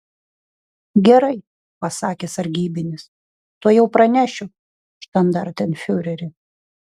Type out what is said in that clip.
gerai pasakė sargybinis tuojau pranešiu štandartenfiureri